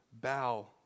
bow